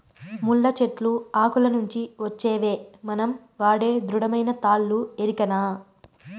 ముళ్ళ చెట్లు ఆకుల నుంచి వచ్చేవే మనం వాడే దృఢమైన తాళ్ళు ఎరికనా